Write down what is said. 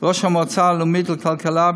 ראש המועצה הלאומית לכלכלה,